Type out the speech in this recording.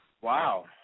Wow